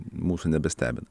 mūsų nebestebina